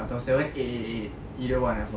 are seven eight either one